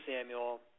Samuel